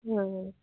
ਹਾਂ